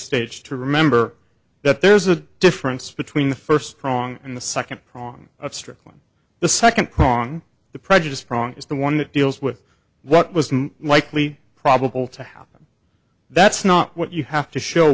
stage to remember that there's a difference between the first prong and the second prong of strickland the second prong the prejudiced prong is the one that deals with what was likely probable to happen that's not what you have to show